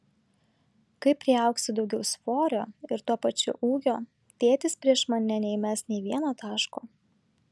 kai priaugsiu daugiau svorio ir tuo pačiu ūgio tėtis prieš mane neįmes nė vieno taško